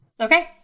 Okay